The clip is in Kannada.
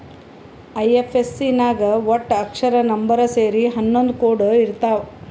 ಐ.ಎಫ್.ಎಸ್.ಸಿ ನಾಗ್ ವಟ್ಟ ಅಕ್ಷರ, ನಂಬರ್ ಸೇರಿ ಹನ್ನೊಂದ್ ಕೋಡ್ ಇರ್ತಾವ್